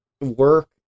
work